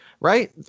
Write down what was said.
right